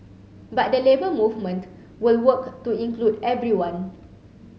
but the Labour Movement will work to include everyone